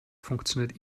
funktioniert